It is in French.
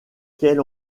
quelle